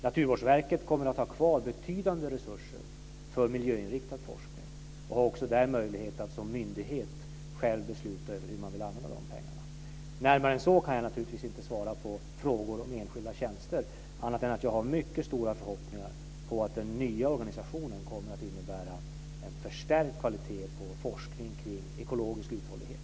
Naturvårdsverket kommer att ha kvar betydande resurser för miljöinriktad forskning och har också där möjlighet att som myndighet själv besluta över hur man vill använda de pengarna. Närmare än så kan jag naturligtvis inte svara på frågor om enskilda tjänster, men jag har mycket stora förhoppningar om att den nya organisationen kommer att innebära en förstärkt kvalitet på forskningen kring ekologisk uthållighet.